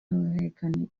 y’uruhererekane